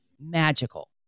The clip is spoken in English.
magical